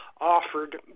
offered